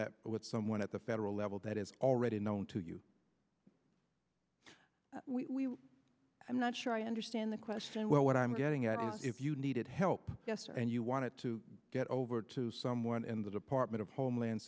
that with someone at the federal level that is already known to you we i'm not sure i understand the question well what i'm getting at is if you needed help yesterday and you wanted to get over to someone in the department of homeland